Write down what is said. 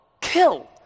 Kill